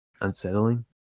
unsettling